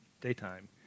daytime